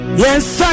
yes